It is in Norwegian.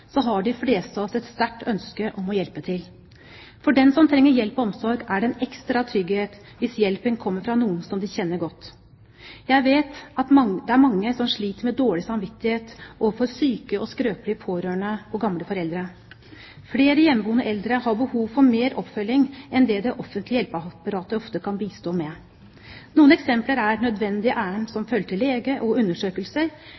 er det en ekstra trygghet hvis hjelpen kommer fra noen som de kjenner godt. Jeg vet at det er mange som sliter med dårlig samvittighet overfor syke og skrøpelige pårørende og gamle foreldre. Flere hjemmeboende eldre har behov for mer oppfølging enn det det offentlige hjelpeapparatet ofte kan bistå med. Noen eksempler er nødvendige ærend